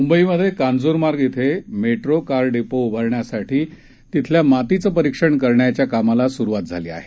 मुंबईत कांजूरमार्ग इथं metro car depot उभारण्यासाठी तिथल्या मातीचं परिक्षण करण्याच्या कामाला सुरुवात झाली आहे